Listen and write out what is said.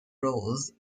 rose